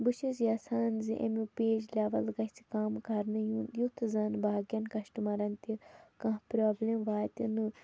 بہٕ چھَس یژھان زِ اَمیُک بیج لٮ۪وَل گژھِ کَم کرنہٕ یُن یُتھ زَن باقِیَن کَسٹَمَرَن تہِ کانٛہہ پرٛابلِم واتہِ نہٕ